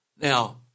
Now